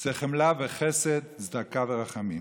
זה חמלה וחסד, צדקה ורחמים,